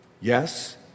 Yes